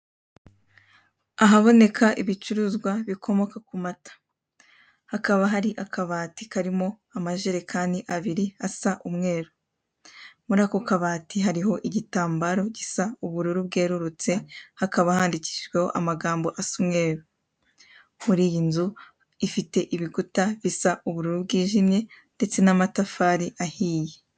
Ahaboneka ibicuruzwa bikomoka ku mata. Hakaba hari akabati karimo amajerekani abiri asa umweru. Muri ako kabati, hariho igitambaro gisa ubururu bwerurutse, hakaba handikishijweho amagambo asa umweru. Muri iyi nzu ifite ibikuta bisa ubururu bwijimye ndetse n'amatafari ahiye.